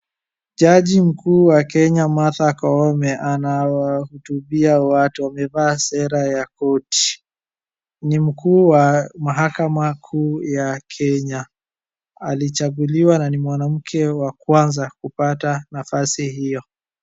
Jaji mkuu wa Kenya Martha Koome anahutubia watu. Amevaa sare ya koti. Ni mkuu wa mahakama kuu ya Kenya. Alichaguliwa na ni mwanamke wa kwanza kupata nafasi hiyo.